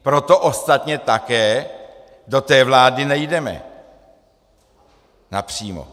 Proto ostatně také do té vlády nejdeme napřímo.